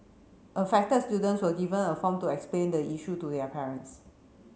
affected students were given a form to explain the issue to their parents